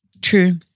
True